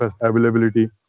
availability